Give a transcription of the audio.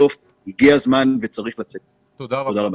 תודה רבה.